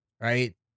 Right